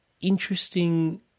interesting